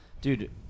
Dude